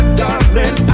darling